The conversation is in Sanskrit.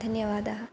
धन्यवादः